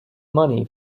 money